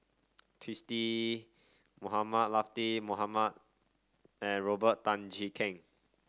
Twisstii Mohamed Latiff Mohamed and Robert Tan Jee Keng